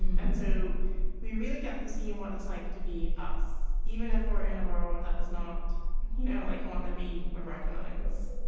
and so we really get to see and what it's like to be us, even if we're in a world that is not you know like one that we would recognize